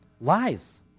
Lies